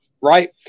right